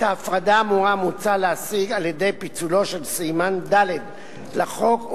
את ההפרדה האמורה מוצע להשיג על-ידי פיצולו של סימן ד' לחוק,